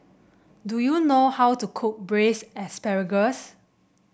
do you know how to cook braise asparagus